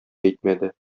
әйтмәде